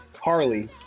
Harley